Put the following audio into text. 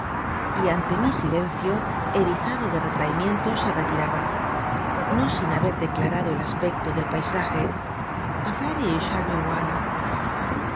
n c i o erizado de retraimiento s e retiraba n o sin haber declarado el aspecto del paisaje a very charming one